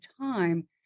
time